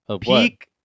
Peak